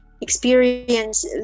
experience